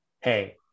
hey